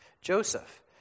Joseph